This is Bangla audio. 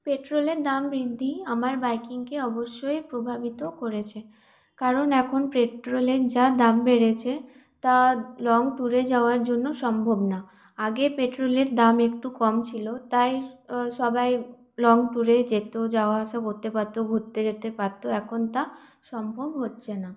পেট্রলের দাম বৃদ্ধি আমার বাইকিংকে অবশ্যই প্রভাবিত করেছে কারণ এখন পেট্রলের যা দাম বেড়েছে তা লং টুরে যাওয়ার জন্য সম্ভব না আগে পেট্রলের দাম একটু কম ছিল তাই সবাই লং টুরে যেত যাওয়া আসা করতে পারত ঘুরতে যেতে পারত এখন তা সম্ভব হচ্ছে না